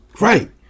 Right